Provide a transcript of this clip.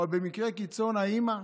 או במקרה קיצון האימא,